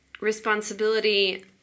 responsibility